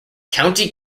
county